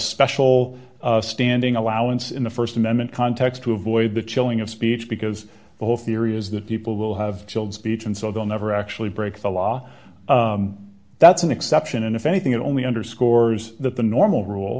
special standing allowance in the st amendment context to avoid the chilling of speech because the whole theory is that people will have killed speech and so they'll never actually break the law that's an exception and if anything it only underscores that the normal rule